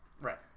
Right